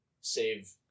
save